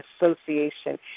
association